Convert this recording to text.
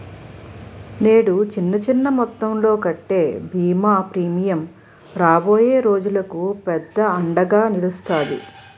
నేడు చిన్న చిన్న మొత్తంలో కట్టే బీమా ప్రీమియం రాబోయే రోజులకు పెద్ద అండగా నిలుస్తాది